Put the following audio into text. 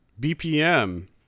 BPM